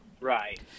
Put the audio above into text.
Right